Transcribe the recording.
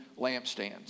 lampstands